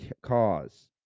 cause